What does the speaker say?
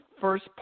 first